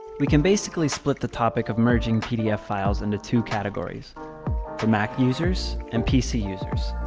we can basically split the topic of merging pdf files into two categories mac users and pc users.